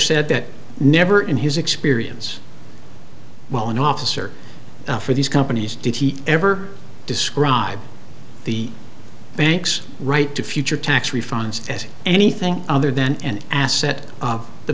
said that never in his experience well an officer for these companies did he ever describe the bank's right to future tax refunds as anything other than an asset